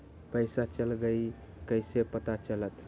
पैसा चल गयी कैसे पता चलत?